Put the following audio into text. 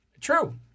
True